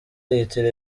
litiro